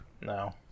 No